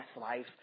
life